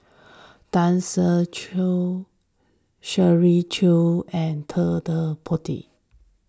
Tan Ser Cher Shirley Chew and Ted De Ponti